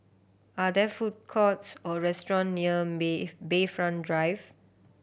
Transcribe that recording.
are there food courts or restaurant near Bayfront Drive